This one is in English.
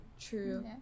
True